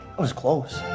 was close.